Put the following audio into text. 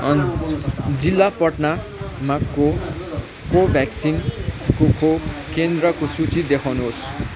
जिल्ला पटनामा को कोभ्याक्सिनको खोप केन्द्रको सूची देखाउनुहोस्